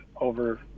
over